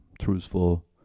Truthful